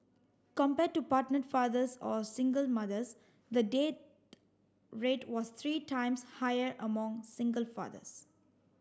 compared to partnered fathers or single mothers the dead rate was three times higher among single fathers